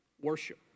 Worship